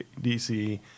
DC